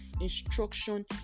instruction